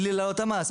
מבלי לעלות את המס,